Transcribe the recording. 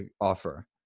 offer